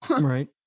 right